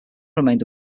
remained